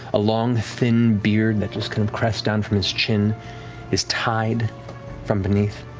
a long, thin beard that just kind of crests down from his chin is tied from beneath,